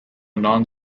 non